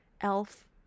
elf